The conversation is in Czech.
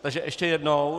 Takže ještě jednou.